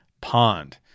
pond